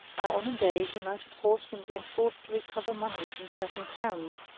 now on a day he mounted horse and went forth to re cover monies in certain towns,